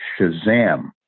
Shazam